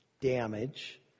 damage